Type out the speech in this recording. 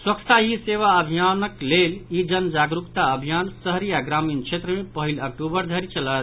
स्वच्छता ही सेवा अभियानक लेल ई जन जागरूकता अभियान शहरी आ ग्रामीण क्षेत्र मे पहिल अक्टूबर धरि चलत